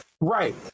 Right